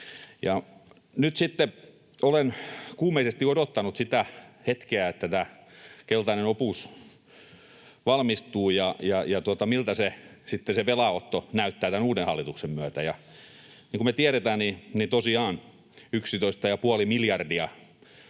olen kuumeisesti odottanut sitä hetkeä, että tämä keltainen opus valmistuu ja miltä se velanotto sitten näyttää tämän uuden hallituksen myötä. Niin kuin me tiedetään, tosiaan yksitoista ja